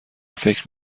فکر